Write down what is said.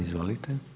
Izvolite.